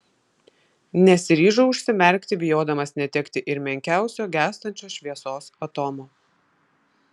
nesiryžau užsimerkti bijodamas netekti ir menkiausio gęstančios šviesos atomo